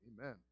Amen